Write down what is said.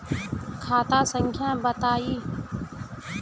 खाता संख्या बताई?